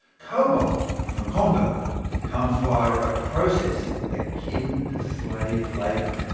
cobalt from the congo comes via a process akin to slave labour.